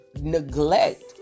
neglect